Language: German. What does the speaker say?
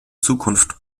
zukunft